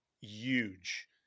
huge